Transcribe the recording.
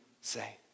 say